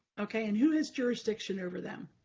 okay, and who has jurisdiction over them?